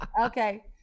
okay